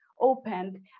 opened